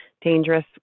dangerous